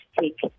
take